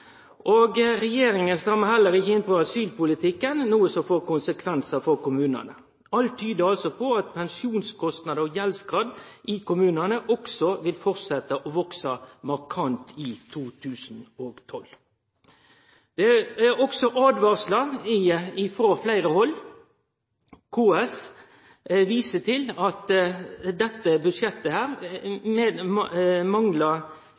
barnehagar. Regjeringa strammar heller ikkje inn på asylpolitikken, noko som får konsekvensar for kommunane. Alt tyder altså på at pensjonskostnadene og gjeldsgraden i kommunane også vil halde fram med å vekse markant i 2012. Det kjem også åtvaringar frå fleire hald. KS viser til at dette budsjettet manglar